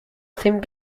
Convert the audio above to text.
themed